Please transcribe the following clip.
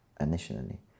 initially